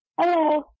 Hello